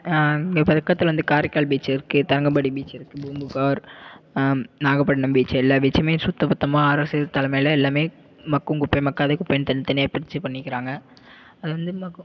இங்கே பக்கத்தில் வந்து காரைக்கால் பீச் இருக்குது தரங்கம்பாடி பீச் இருக்குது பூம்புகார் நாகப்பட்டினம் பீச்சு எல்லா பீச்சுமே சுத்தபத்தமாக அரசு தலைமையில் எல்லாமே மக்கும் குப்பை மக்காத குப்பைன்னு தனித்தனியாக பிரித்து பண்ணிக்கிறாங்க அதில் வந்து மக்கும்